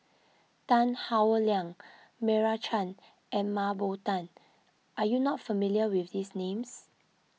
Tan Howe Liang Meira Chand and Mah Bow Tan are you not familiar with these names